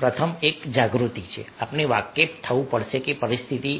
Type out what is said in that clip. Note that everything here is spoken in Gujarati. પ્રથમ એક જાગૃતિ છે આપણે વાકેફ થવું પડશે કે પરિસ્થિતિ